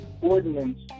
ordinance